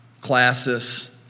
classes